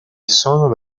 sono